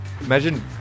Imagine